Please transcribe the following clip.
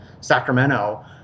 Sacramento